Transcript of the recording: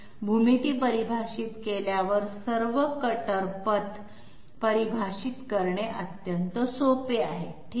भूमिती परिभाषित केल्यावर सर्व कटर मार्गांना परिभाषित करणे अत्यंत सोपे आहे ठीक आहे